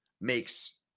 makes